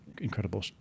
incredible